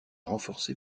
renforcée